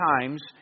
times